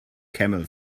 camel